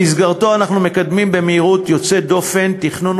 במסגרתה אנחנו מקדמים במהירות יוצאת דופן תכנון